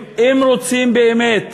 אם רוצים באמת,